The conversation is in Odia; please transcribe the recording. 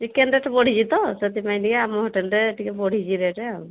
ଚିକେନ ରେଟ୍ ବଢ଼ିଛି ତ ସେଥିପାଇଁ ଟିକେ ଆମ ହୋଟେଲରେ ଟିକେ ବଢ଼ିଛି ରେଟ୍ ଆଉ